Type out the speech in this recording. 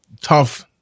tough